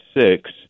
six